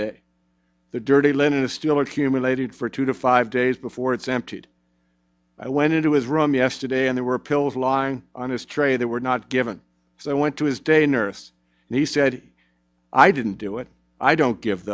day the dirty linen is still accumulated for two to five days before it's emptied i went into his room yesterday and there were pills lying on his tray that were not given so i went to his day nurse and he said i didn't do it i don't give